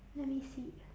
let me see